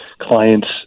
clients